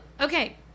okay